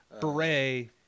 Beret